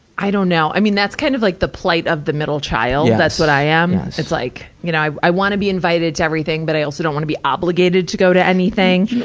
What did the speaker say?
i don't know. i mean that's kind of like the plight of the middle child that's what i am. it's like, you know, i i wanna be invited to everything, but i also don't want to be obligated to go to anything.